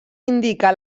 indica